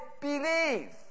believe